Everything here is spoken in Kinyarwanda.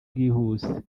bwihuse